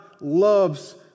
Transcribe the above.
loves